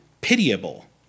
pitiable